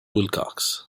wilcox